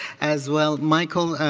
as well, michael,